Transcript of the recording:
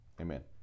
Amen